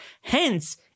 Hence